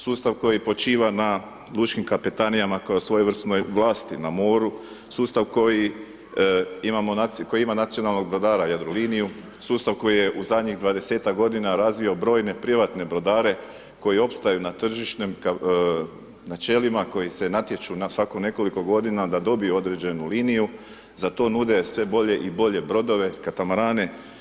Sustav koji počiva na Lučkim kapetanijama kao svojevrsnoj vlasti na moru, sustav koji ima nacionalnog brodara, Jadroliniju, sustav koji je u zadnjih 20-tak godina razvio brojne privatne brodare koji opstaju na tržišnim načelima koji se natječu na svako nekoliko godina da dobiju određenu liniju, za to nude sve bolje i bolje brodove, katamarane.